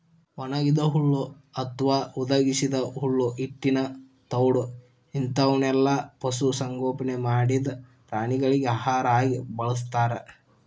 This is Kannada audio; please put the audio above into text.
ಒಣಗಿದ ಹುಲ್ಲು ಅತ್ವಾ ಹುದುಗಿಸಿದ ಹುಲ್ಲು ಹಿಟ್ಟಿನ ತೌಡು ಇಂತವನ್ನೆಲ್ಲ ಪಶು ಸಂಗೋಪನೆ ಮಾಡಿದ ಪ್ರಾಣಿಗಳಿಗೆ ಆಹಾರ ಆಗಿ ಬಳಸ್ತಾರ